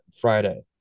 Friday